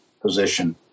position